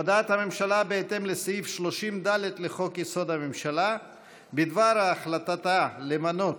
הודעת הממשלה בהתאם לסעיף 30(ד) לחוק-יסוד: הממשלה בדבר החלטתה למנות